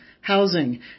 housing